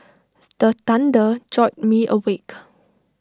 the thunder jolt me awake